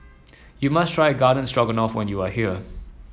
you must try Garden Stroganoff when you are here